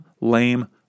lame